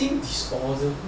eating disorder